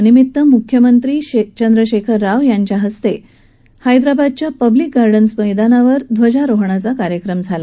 यानिमित्त आज मुख्यमंत्री चंद्रशेखर राव यांच्या हस्ते हैद्राबादच्या पब्लीक गाईन्स मैदानावर ध्वजारोहणाचा कार्यक्रम झाला